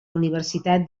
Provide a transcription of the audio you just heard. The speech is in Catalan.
universitat